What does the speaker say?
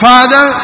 Father